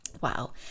Wow